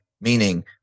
meaning